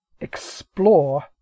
explore